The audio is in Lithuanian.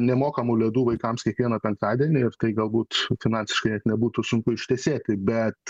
nemokamų ledų vaikams kiekvieną penktadienį ir tai galbūt finansiškai net nebūtų sunku ištesėti bet